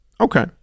Okay